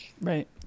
Right